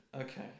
Okay